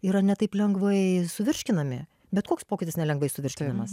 yra ne taip lengvai suvirškinami bet koks pokytis nelengvai suvirškinamas